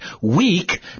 weak